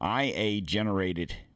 IA-generated